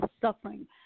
suffering